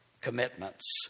commitments